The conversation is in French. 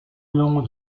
long